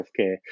healthcare